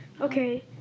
Okay